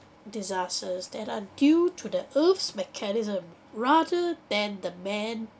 disasters that are due to the earth's mechanism rather than the man